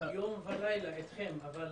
יום ולילה אתכם, אבל